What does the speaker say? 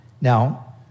Now